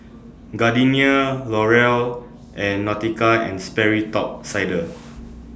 Gardenia Laurier and Nautica and Sperry Top Sider